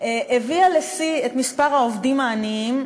הביאה לשיא את מספר העובדים העניים,